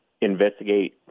investigate